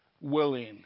willing